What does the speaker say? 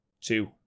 two